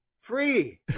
free